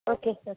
okay sir